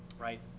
right